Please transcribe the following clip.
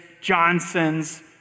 Johnson's